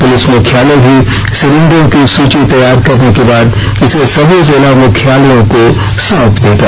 police मुख्यालय भी सिलिंडरों की सूची तैयार करने के बाद इसे सभी जिला मुख्यालयों को सौंप देगा